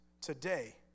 today